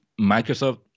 Microsoft